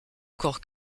encore